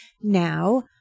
Now